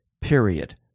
period